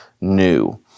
new